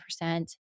percent